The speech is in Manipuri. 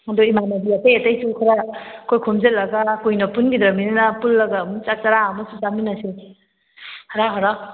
ꯑꯗꯣ ꯏꯃꯥꯟꯅꯕꯤ ꯑꯇꯩ ꯑꯇꯩꯁꯨ ꯈꯔ ꯑꯩꯈꯣꯏ ꯈꯣꯝꯖꯤꯜꯂꯒ ꯀꯨꯏꯅ ꯄꯨꯟꯈꯤꯗ꯭ꯔꯃꯤꯅ ꯄꯨꯜꯂꯒ ꯑꯃꯨꯛ ꯆꯥꯛ ꯆꯔꯥ ꯑꯃꯁꯨ ꯆꯥꯃꯤꯟꯅꯁꯦ ꯍꯔꯥꯎ ꯍꯔꯥꯎ